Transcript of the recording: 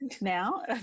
now